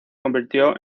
convirtió